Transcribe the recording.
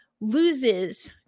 loses